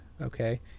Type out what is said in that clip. okay